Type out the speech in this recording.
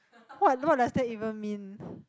what what does that even mean